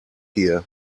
here